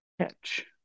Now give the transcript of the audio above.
catch